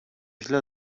źle